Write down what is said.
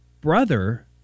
brother